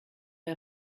der